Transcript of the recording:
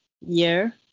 year